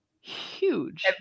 huge